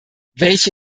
welche